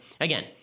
Again